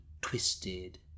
twisted